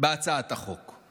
בהצעת החוק?